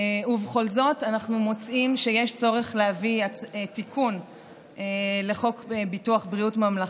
ובכל זאת אנחנו מוצאים שיש צורך להביא תיקון לחוק ביטוח בריאות ממלכתי.